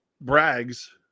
brags